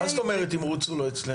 מה זאת אומרת תמרוץ הוא לא אצלך?